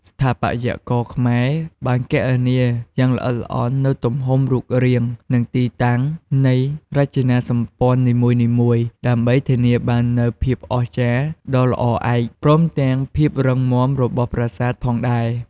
ស្ថាបត្យករខ្មែរ បានគណនាយ៉ាងល្អិតល្អន់នូវទំហំ រូបរាង និងទីតាំងនៃរចនាសម្ព័ន្ធនីមួយៗ ដើម្បីធានាបាននូវភាពអស្ចារ្យដ៏ល្អឯក ព្រមទាំងភាពរឹងមាំរបស់ប្រាសាទផងដែរ។